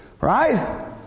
Right